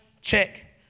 check